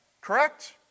Correct